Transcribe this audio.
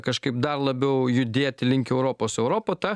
kažkaip dar labiau judėti link europos europa ta